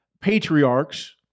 patriarchs